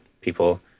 people